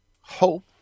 hope